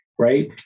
Right